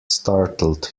startled